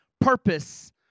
purpose